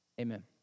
amen